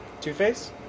Two-Face